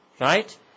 right